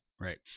Right